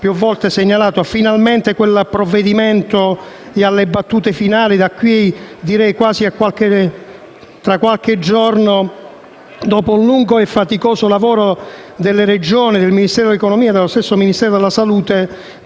e del parto. Finalmente quel provvedimento è alle battute finali. Da qui a qualche giorno, dopo un lungo e faticoso lavoro delle Regioni, del Ministero dell'economia e dello stesso Ministero della salute,